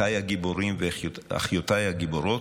אחיי הגיבורים ואחיותיי הגיבורות,